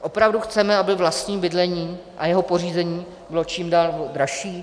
Opravdu chceme, aby vlastní bydlení a jeho pořízení bylo čím dál dražší?